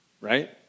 right